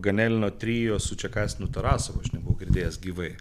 ganelino trio su čekasinu tarasovu aš nebuvau girdėjęs gyvai